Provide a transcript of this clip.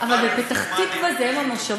אבל פתח-תקווה זה אם המושבות,